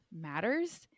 matters